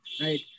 right